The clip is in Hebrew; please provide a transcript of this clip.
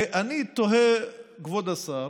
ואני תוהה, כבוד השר: